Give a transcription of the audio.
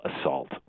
assault